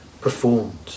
performed